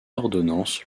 ordonnance